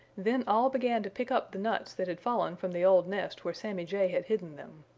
then all began to pick up the nuts that had fallen from the old nest where sammy jay had hidden them.